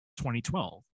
2012